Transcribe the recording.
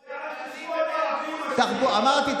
אמרתי,